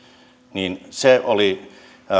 oli